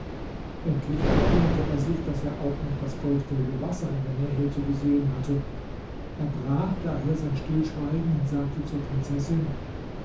endlich erinnerte er sich daß er auch noch das goldgelbe wasser in der nähe zu besehen hatte er brach daher sein stillschweigen und sagte zur prinzessin